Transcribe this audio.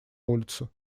улицу